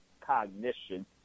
cognition